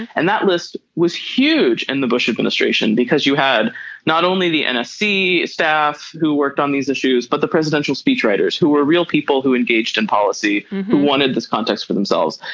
and that list was huge. and the bush administration because you had not only the and nsc staff who worked on these issues but the presidential speechwriters who were real people who engaged in policy who wanted this context for themselves.